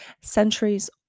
centuries